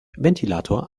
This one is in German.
ventilator